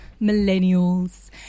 millennials